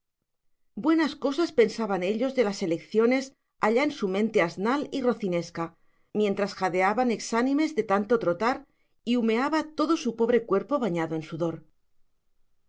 buenas cosas pensaban ellos de las elecciones allá en su mente asnal y rocinesca mientras jadeaban exánimes de tanto trotar y humeaba todo su pobre cuerpo bañado en sudor